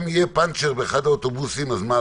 אם יהיה פנצ'ר באחד האוטובוסים, אז מה?